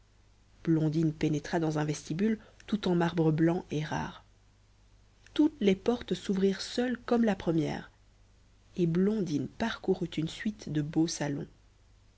blondine pénétra dans un vestibule tout en marbre blanc et rare toutes les portes s'ouvrirent seules comme la première et blondine parcourut une suite de beaux salons